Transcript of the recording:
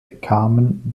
kamen